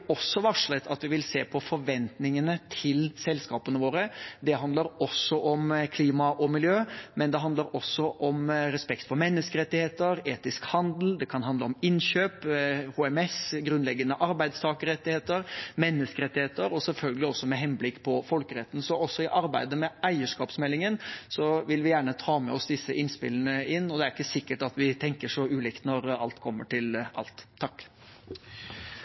også varslet at vi vil se på forventningene til selskapene våre. Det handler også om klima og miljø, men det handler i tillegg om respekt for menneskerettigheter, etisk handel, det kan handle om innkjøp, HMS, grunnleggende arbeidstakerrettigheter og menneskerettigheter, selvfølgelig også med henblikk på folkeretten. Så også i arbeidet med eierskapsmeldingen vil vi gjerne ta med oss disse innspillene inn, og det er ikke sikkert at vi tenker så ulikt når alt kommer til alt.